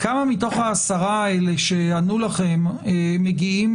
כמה מתוך העשרה האלה שענו לכם מגיעים